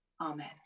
Amen